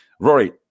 Rory